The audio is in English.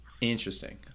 Interesting